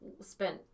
spent